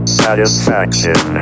satisfaction